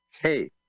Hey